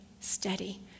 steady